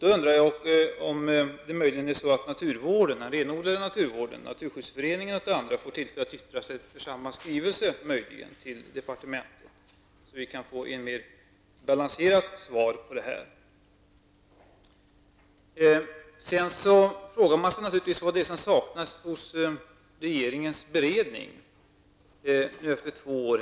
Jag undrar om det är så att den renodlade naturvården, t.ex. Naturskyddsföreningen, får tillfälle att yttra sig om samma skrivelse till departementet. Då kan vi få ett mer balanserat svar på detta. Sedan frågar man sig naturligtvis vad det är som saknas i regeringsberedningen nu efter två år.